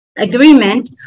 agreement